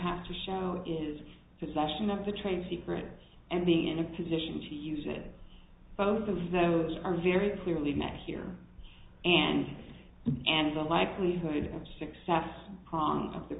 have to show is possession of the trade secret and being in a position to use it both of those are very clearly met here and and the likelihood of success